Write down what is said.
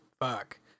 Fuck